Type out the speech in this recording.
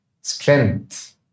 Strength